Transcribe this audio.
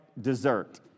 dessert